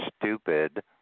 stupid